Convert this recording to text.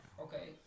Okay